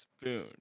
spoon